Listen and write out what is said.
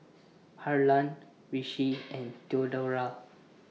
Harlan Richie and Theodora